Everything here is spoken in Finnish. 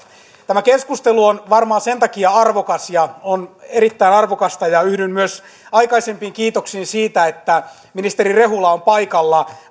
tämä keskustelu on varmaan sen takia arvokas ja on erittäin arvokasta ja yhdyn myös aikaisempiin kiitoksiin siitä että ministeri rehula on paikalla